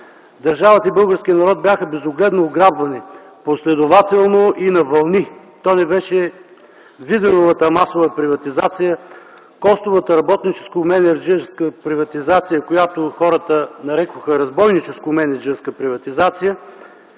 Държавата и българският народ бяха безогледно ограбвани – последователно и на вълни. То не беше Виденовата масова приватизация, Костовата работническо-мениджърска приватизация, която хората нарекоха разбойническо-мениджърска приватизация.